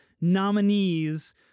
nominees